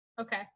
Okay